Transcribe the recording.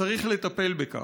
צריך לטפל בכך".